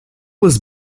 was